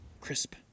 crisp